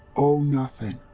oh, nothing.